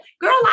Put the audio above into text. Girl